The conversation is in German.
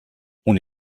ohne